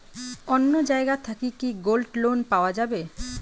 অন্য জায়গা থাকি কি গোল্ড লোন পাওয়া যাবে?